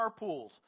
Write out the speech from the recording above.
carpools